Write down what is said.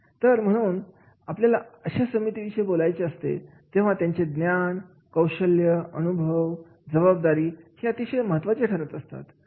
तर म्हणून आपल्याला अशा समिती विषयी बोलायचे असते तेव्हा त्यांचे ज्ञान कौशल्य अनुभव जबाबदारी हे अतिशय महत्त्वाचे ठरत असतात